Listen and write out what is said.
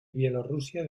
bielorrusia